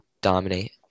dominate